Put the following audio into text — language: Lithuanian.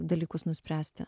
dalykus nuspręsti